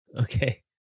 Okay